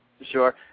Sure